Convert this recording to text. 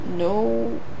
No